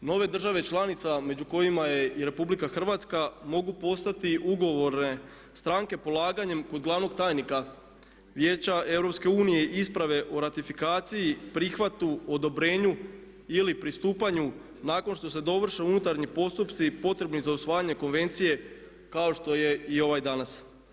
Nove države članice među kojima je i RH mogu postati ugovorne stranke polaganjem kod glavnog tajnika Vijeća EU isprave o ratifikaciji, prihvatu, odobrenju ili pristupanju nakon što se dovrše unutarnji postupci potrebni za usvajanje konvencije kao što je i ovaj danas.